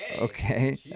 Okay